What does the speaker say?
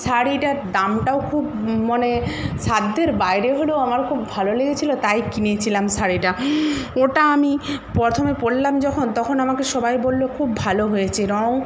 শাড়িটার দামটাও খুব মানে সাধ্যের বাইরে হলেও আমার খুব ভালো লেগেছিল তাই কিনেছিলাম শাড়িটা ওটা আমি প্রথমে পরলাম যখন তখন আমাকে সবাই বলল খুব ভালো হয়েছে রঙ